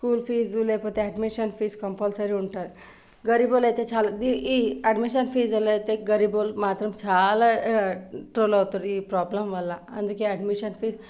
school fees లేకపోతే admission fees compulsory ఉంటుంది గరీబ్ వాళ్ళు అయితే చాలా ఈ ఈ అడ్మిషన్ ఫీజులో అయితే గరీబ్ వాళ్ళు మాత్రం చాలా ట్రబుల్ అవుతుర్రు ఈ ప్రాబ్లం వల్ల అందుకే అడ్మిషన్ ఫీజ్